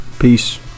Peace